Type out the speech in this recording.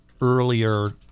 earlier